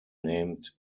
named